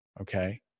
Okay